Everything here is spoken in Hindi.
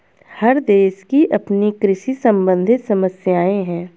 हर देश की अपनी कृषि सम्बंधित समस्याएं हैं